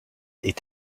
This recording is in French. est